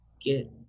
get